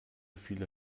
viele